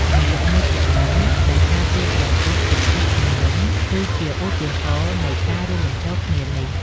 នាគមុចលិន្ទ ដែលការពារព្រះពុទ្ធពីទឹកជំនន់ គឺជាឧទាហរណ៍នៃការរួមបញ្ចូលគ្នានេះ។